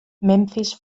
memfis